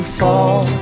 fall